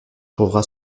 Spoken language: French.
trouvera